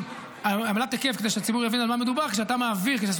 עמלת היקף, כדי שהציבור יבין על מה מדובר, כשסוכן